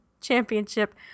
Championship